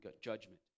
judgment